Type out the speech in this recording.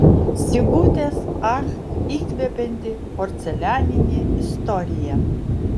sigutės ach įkvepianti porcelianinė istorija